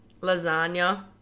lasagna